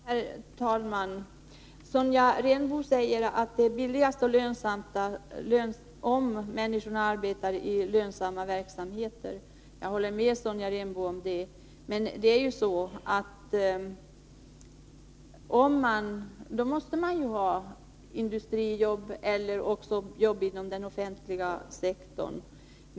Herr talman! Sonja Rembo säger att det är billigast och bäst om människor arbetar i lönsamma verksamheter. Jag håller med Sonja Rembo om det, men det måste nog då vara fråga om industrijobb eller om jobb inom den offentliga sektorn.